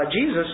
Jesus